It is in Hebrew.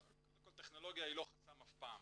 קודם כל טכנולוגיה היא לא חסם אף פעם.